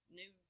new